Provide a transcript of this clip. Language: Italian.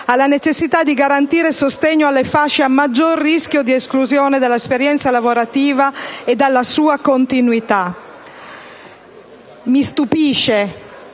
alla necessità di garantire sostegno alle fasce a maggior rischio di esclusione dall'esperienza lavorativa e dalla continuità della stessa.